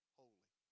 holy